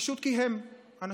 פשוט כי הם אנשים?